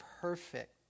perfect